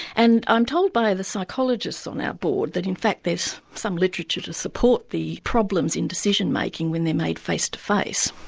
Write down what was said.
and i'm told by the psychologists on our board that in fact there's some literature to support the problems in decision-making when they're made face-to-face.